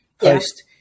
post